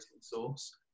source